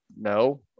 no